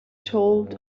told